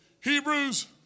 Hebrews